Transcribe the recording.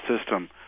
system